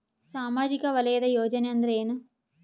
ಸಾಮಾಜಿಕ ವಲಯದ ಯೋಜನೆ ಅಂದ್ರ ಏನ?